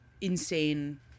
insane